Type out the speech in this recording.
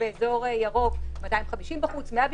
באזור ירוק 250 בחוץ, 100 בפנים.